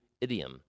idiom